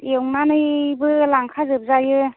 एवनानैबो लांखा जोबजायो